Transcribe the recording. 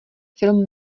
film